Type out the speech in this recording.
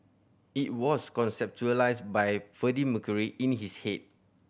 it was conceptualised by Freddie Mercury in his head